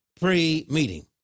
pre-meeting